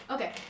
Okay